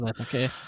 Okay